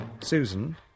Susan